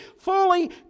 fully